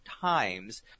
times